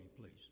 please